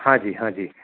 હા જી હા જી